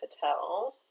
Patel